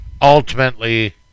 ultimately